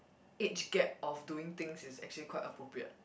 each gap of doing things is actually quite appropriate